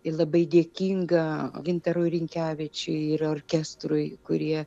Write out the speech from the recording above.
ir labai dėkinga gintarui rinkevičiui ir orkestrui kurie